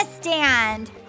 stand